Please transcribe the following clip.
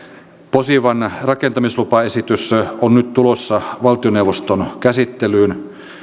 posivan rakentamislupaesitys on nyt tulossa valtioneuvoston käsittelyyn